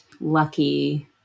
lucky